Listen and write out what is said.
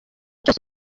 cyose